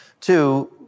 Two